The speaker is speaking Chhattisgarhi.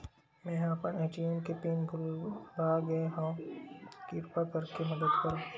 मेंहा अपन ए.टी.एम के पिन भुला गए हव, किरपा करके मदद करव